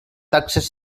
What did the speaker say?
taxes